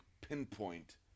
pinpoint